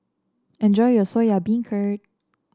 enjoy your Soya Beancurd